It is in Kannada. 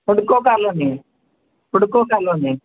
ಹುಡ್ಕೋ ಕಾಲೋನಿ ಹುಡ್ಕೋ ಕಾಲೋನಿ